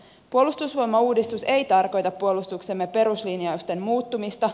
puolustusvoimauudistus ei tarkoita puolustuksemme peruslinjausten muuttumista